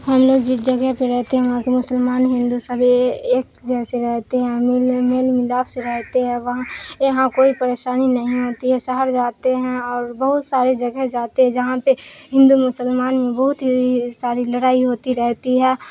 ہم لوگ جس جگہ پہ رہتے ہیں وہاں کے مسلمان ہندو سب ایک جیسے رہتے ہیں مل مل ملاپ سے رہتے ہیں وہاں یہاں کوئی پریشانی نہیں ہوتی ہے شہر جاتے ہیں اور بہت سارے جگہ جاتے ہیں جہاں پہ ہندو مسلمان میں بہت ہی ساری لڑائی ہوتی رہتی ہے